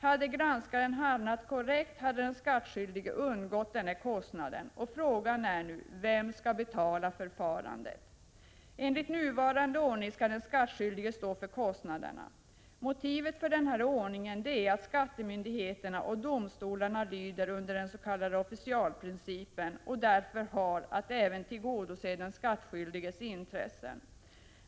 Hade granskaren handlat korrekt, skulle den skattskyldige ha undgått den här kostnaden. Frågan är nu: Vem skall betala förfarandet? Enligt nuvarande ordning skall den skattskyldige stå för kostnaderna. Motivet för denna ordning är att skattemyndigheterna och domstolarna lyder under den s.k. officialprincipen och därför har att även tillgodose den skattskyldiges intressen.